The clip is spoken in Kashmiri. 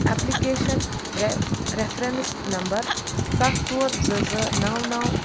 ایپلیکیشن رےٚ ریفرینس نمبر ستھ ژور زٕ زٕ نو نو